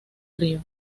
río